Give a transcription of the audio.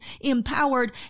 empowered